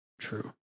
true